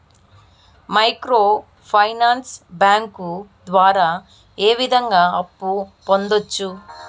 micro finance bank ద్వారా ఏ విధంగా అప్పు పొందొచ్చు